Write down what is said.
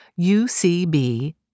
UCB